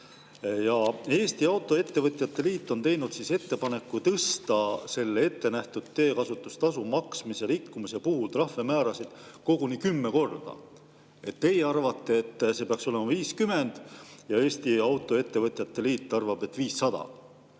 Eesti Autoettevõtete Liit on teinud ettepaneku tõsta ette nähtud teekasutustasu maksmise rikkumise puhul trahvimäärasid koguni kümme korda. Teie arvate, et see peaks olema 50 ja Eesti Autoettevõtete Liit arvab, et 500.